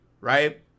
right